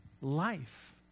life